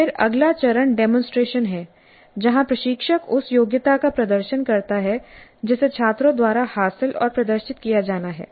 फिर अगला चरण डेमोंसट्रेशन है जहां प्रशिक्षक उस योग्यता का प्रदर्शन करता है जिसे छात्रों द्वारा हासिल और प्रदर्शित किया जाना है